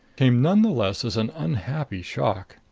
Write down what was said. came none the less as an unhappy shock.